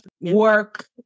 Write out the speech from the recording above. work